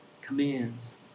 commands